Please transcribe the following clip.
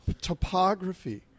topography